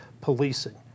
policing